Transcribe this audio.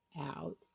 out